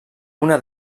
una